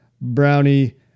brownie